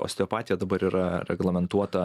osteopatija dabar yra reglamentuota